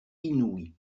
inouïe